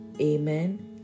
Amen